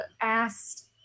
asked